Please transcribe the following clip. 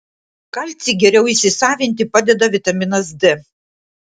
kalcį geriau įsisavinti padeda vitaminas d